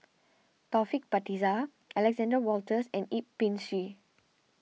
Taufik Batisah Alexander Wolters and Yip Pin Xiu